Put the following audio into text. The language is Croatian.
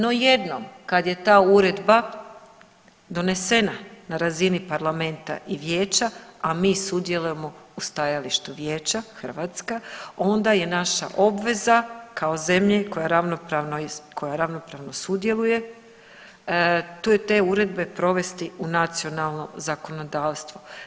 No jedno kad je ta uredba donesena na razini Parlamenta i Vijeća, a mi sudjelujemo u stajalištu vijeća Hrvatska onda je naša obveza kao zemlji koja ravnopravno sudjeluje to je te uredbi provesti u nacionalno zakonodavstvo.